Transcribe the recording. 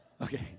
Okay